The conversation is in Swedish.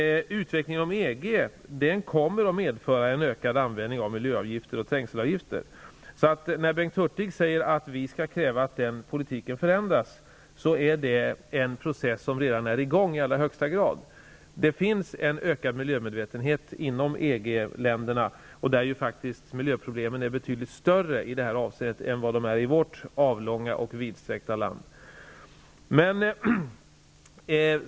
Utvecklingen inom EG kommer att medföra en ökad användning av miljöavgifter och trafikavgifter. När Bengt Hurtig säger att vi skall kräva att den politiken skall förändras, kan jag säga att en sådan process redan är i gång i allra högsta grad. Det finns en ökad miljömedvetenhet i EG länderna, där ju faktiskt miljöproblemen är betydligt större i det här avseendet än de är i vårt avlånga och vidsträckta land.